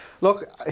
look